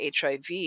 HIV